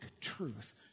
truth